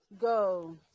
go